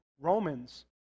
Romans